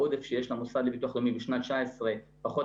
העודף שיש למוסד לביטוח לאומי בשנת 2019 פחות